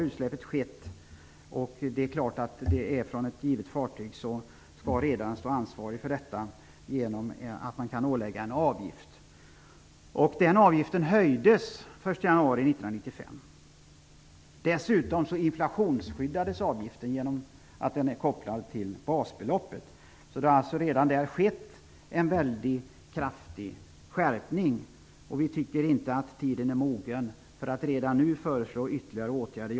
Har utsläppet skett och det är klart att det är från ett givet fartyg, skall redaren ansvara för detta och åläggas en avgift. Den avgiften höjdes den 1 januari 1995. Dessutom inflationsskyddades avgiften genom att den kopplades till basbeloppet. Det har alltså redan där skett en kraftig skärpning. Vi tycker inte att tiden är mogen att redan nu föreslå ytterligare åtgärder.